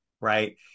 right